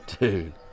Dude